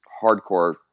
hardcore